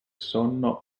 sonno